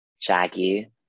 Jackie